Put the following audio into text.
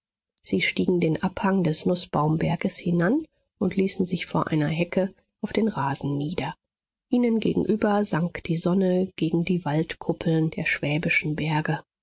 sie stiegen den abhang des nußbaumberges hinan und ließen sich vor einer hecke auf den rasen nieder ihnen gegenüber sank die sonne gegen die waldkuppen der schwäbischen berge